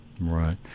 Right